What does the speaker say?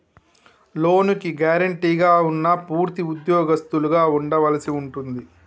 లోనుకి గ్యారెంటీగా ఉన్నా పూర్తి ఉద్యోగస్తులుగా ఉండవలసి ఉంటుంది